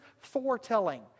foretelling